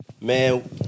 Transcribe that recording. man